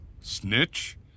Snitch